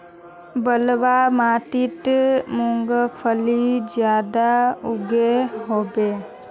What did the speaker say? बलवाह माटित मूंगफली ज्यादा उगो होबे?